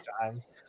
times